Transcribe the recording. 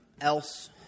else